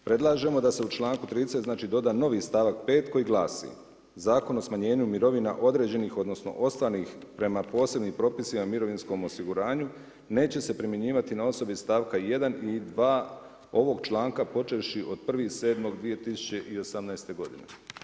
Predlažemo da se u članku 30. znači doda novi stavak 5. koji glasi: „Zakon o smanjenju mirovina određenih, odnosno ostvarenih prema posebnim propisima o mirovinskom osiguranju neće se primjenjivati na osobe iz stavka 1. i 2. ovog članka počevši od 1.7.2018. godine.